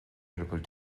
eireaball